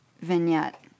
vignette